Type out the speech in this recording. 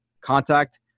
contact